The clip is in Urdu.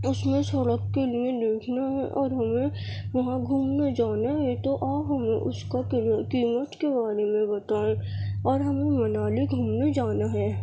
اس میں سڑک کے لیے اور ہمیں وہاں گھومنے جانا ہے تو آپ ہمیں اس کا قیمت کے بارے میں بتائیں اور ہمیں منالی گھومنے جانا ہے